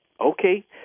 Okay